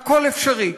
הכול אפשרי.